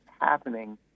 happening